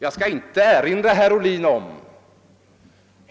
Låt mig erinra herr Ohlin om